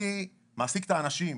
אני מעסיק את האנשים.